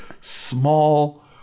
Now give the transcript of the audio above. small